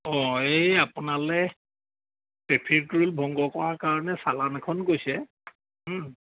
অ এই আপোনালৈ traffic rule ভংগ কৰাৰ কাৰণে চালান এখন গৈছে হু